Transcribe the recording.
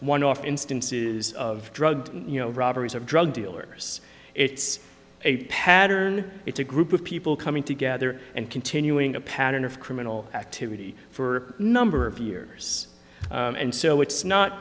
one off instances of drug you know robberies or drug dealers it's a pattern it's a group of people coming together and continuing a pattern of criminal activity for number of years and so it's not